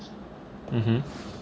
mmhmm